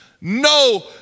no